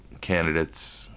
candidates